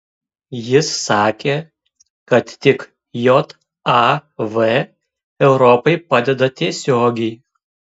jis sakė kad tik jav europai padeda tiesiogiai